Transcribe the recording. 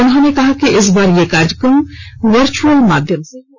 उन्होंने कहा कि इस बार यह कार्यक्रम वर्चुअल माध्यम से होगा